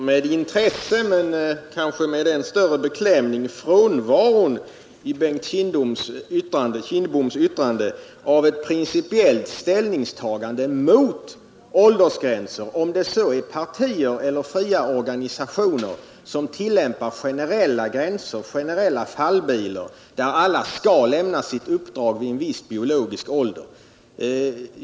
Herr talman! Jag noterar med intresse men kanske med än större beklämning frånvaron i Bengt Kindboms yttrande av ett principiellt ställningstagande mot åldersgränser, om det så är partier eller fria organisationer som tillämpar generella gränser, generella fallbilor, där alla skall lämna sitt uppdrag vid en viss biologisk ålder.